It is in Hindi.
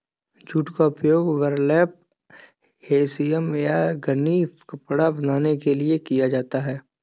जूट का उपयोग बर्लैप हेसियन या गनी कपड़ा बनाने के लिए किया जाता है